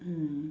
mm